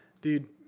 dude